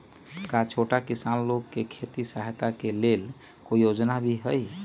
का छोटा किसान लोग के खेती सहायता के लेंल कोई योजना भी हई?